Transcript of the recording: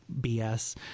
BS